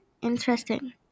interesting